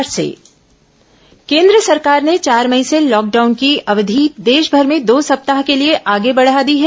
corona lockdown केन्द्र सरकार ने चार मई से लॉकडाउन की अवधि देशभर में दो सप्ताह के लिए आगे बढ़ा दी है